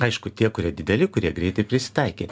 aišku tie kurie dideli kurie greitai prisitaikė